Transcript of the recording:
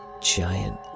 giant